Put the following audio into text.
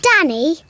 Danny